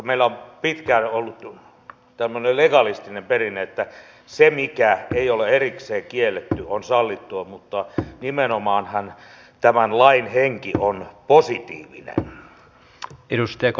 meillä on pitkään ollut tämmöinen legalistinen perinne että se mikä ei ole erikseen kielletty on sallittua mutta nimenomaanhan tämän lain henki on positiivinen